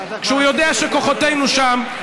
כשהוא יודע שכוחותינו שם?